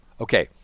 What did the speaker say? Okay